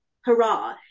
hurrah